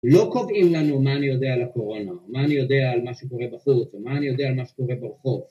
לא קובעים לנו מה אני יודע על הקורונה, מה אני יודע על מה שקורה בחוץ או מה אני יודע על מה שקורה ברחוב